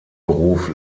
beruf